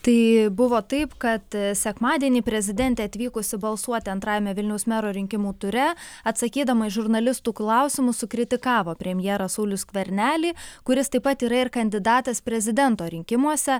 tai buvo taip kad sekmadienį prezidentė atvykusi balsuoti antrajame vilniaus mero rinkimų ture atsakydama į žurnalistų klausimus sukritikavo premjerą saulių skvernelį kuris taip pat yra ir kandidatas prezidento rinkimuose